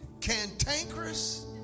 cantankerous